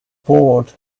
board